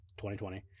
2020